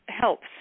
helps